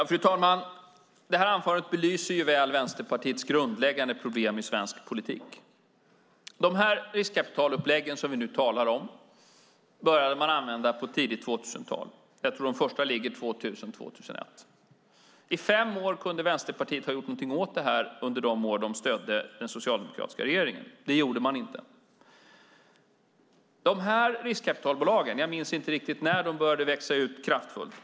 Fru talman! Detta anförande belyser väl Vänsterpartiets grundläggande problem i svensk politik. De riskkapitalupplägg som vi nu talar om började man använda på tidigt 2000-tal. Jag tror att de första kom 2000-2001. I fem år kunde Vänsterpartiet ha gjort någonting åt det här under de år de stödde den socialdemokratiska regeringen. Det gjorde man inte. Jag minns inte riktigt när riskkapitalbolagen började växa ut kraftfullt.